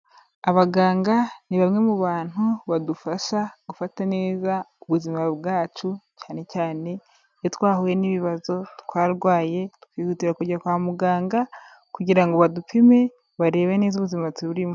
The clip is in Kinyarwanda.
Abaganga ni bamwe mu bantu badufasha gufata neza ubuzima bwacu, cyane cyane iyo twahuye n'ibibazo twarwaye, twihutira kujya kwa muganga kugirango badupime barebe neza ubuzima turimo.